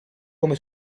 come